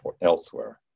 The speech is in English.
elsewhere